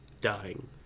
dying